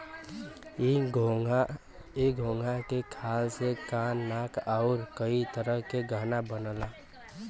इ घोंघा के खाल से कान नाक आउर कई तरह के गहना बनला